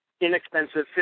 inexpensive